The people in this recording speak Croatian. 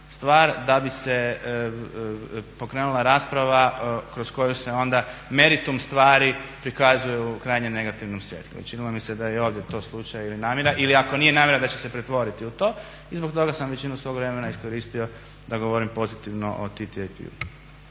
stvar da bi se pokrenula rasprava kroz koju se onda meritum stvari prikazuju u krajnjem negativnom svjetlu. I činilo mi se da je i ovdje to slučaj ili namjera, ili ako nije namjera da će se pretvoriti u to i zbog toga sam većinu svog vremena iskoristio da govorim pozitivno o TTIP-u.